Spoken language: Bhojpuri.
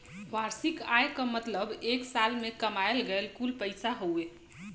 वार्षिक आय क मतलब एक साल में कमायल गयल कुल पैसा हउवे